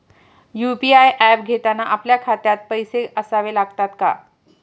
UPI app घेताना आपल्या खात्यात पैसे असावे लागतात का?